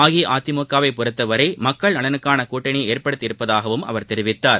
அஇஅதிமுகவை பொறத்தவரை மக்கள் நலனுக்கான கூட்டணியை ஏற்படுத்தி இருப்பதாகவும் அவர் தெரிவித்தார்